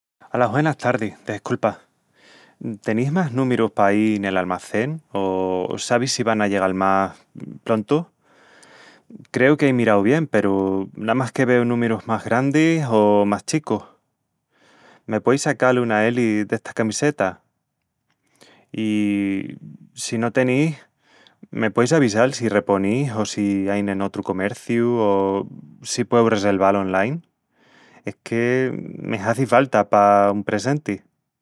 Alas güenas tardis, desculpa! Tenís más númirus paí nel almacén... o sabis si van a llegal más plontu? Creu que ei mirau bien, peru namás que veu númirus más grandis o más chicus... Me pueis sacal una L d'esta camiseta? I... si no tenís... me pueis avisal si reponís o si ain en otru comerciu o si pueu reselval online? Es que me hazi falta pa un presenti.